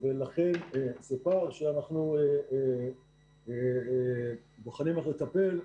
זה פער שאנחנו בוחנים איך לטפל,